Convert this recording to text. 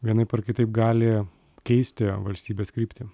vienaip ar kitaip gali keisti valstybės kryptį